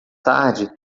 tarde